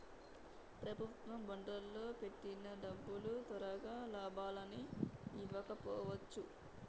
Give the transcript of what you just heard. ప్రభుత్వ బాండ్లల్లో పెట్టిన డబ్బులు తొరగా లాభాలని ఇవ్వకపోవచ్చు